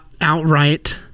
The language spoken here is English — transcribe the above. outright